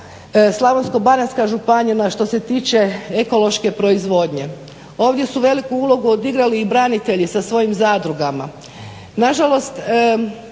Slavonsko-baranjska županija što se tiče ekološke proizvodnje. Ovdje su veliku ulogu odigrali i branitelji sa svojim zadrugama.